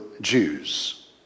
Jews